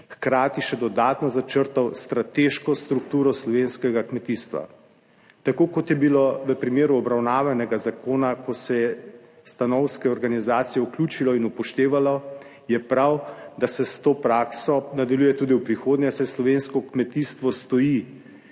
hkrati še dodatno začrtal strateško strukturo slovenskega kmetijstva. Tako kot je bilo v primeru obravnavanega zakona, ko se je stanovske organizacije vključilo in upoštevalo, je prav, da se s to prakso nadaljuje tudi v prihodnje, saj slovensko kmetijstvo stoji